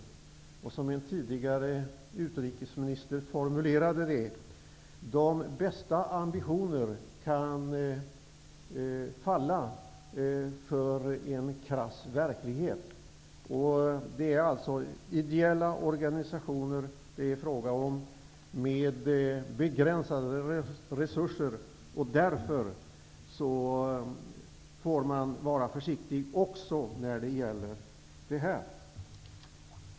Eller som en tidigare utrikesminister formulerade det: De bästa ambitioner kan falla för en krass verklighet. Det är ideella organisationer med begränsade resurser det är fråga om. Därför får man vara försiktig också när det gäller detta.